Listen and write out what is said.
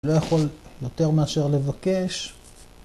לא יכול יותר מאשר לבקש.